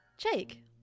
Jake